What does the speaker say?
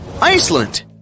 Iceland